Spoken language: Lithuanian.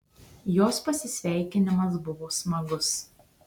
jos pasisveikinimas buvo smagus